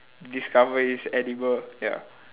discover it's edible ya